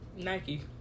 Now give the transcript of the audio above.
Nike